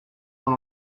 dans